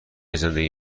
زندگی